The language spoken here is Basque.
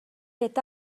eta